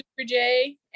SuperJ